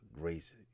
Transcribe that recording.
Grace